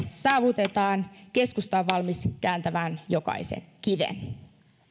saavutetaan keskusta on valmis kääntämään jokaisen kiven